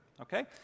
okay